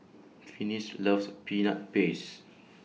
Finis loves Peanut Paste